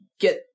get